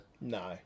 no